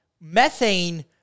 methane